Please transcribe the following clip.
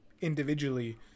individually